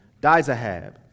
Dizahab